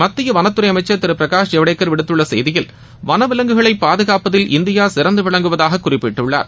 மத்திய வனத்துறை அமைச்சர் திரு பிரகாஷ் ஜவடேக்கர் விடுத்துள்ள செய்தியில் வனவிலங்குகளை பாதுகாப்பதில் இந்தியா சிறந்து விளங்குவதாகக் குறிப்பிட்டுள்ளார்